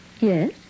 Yes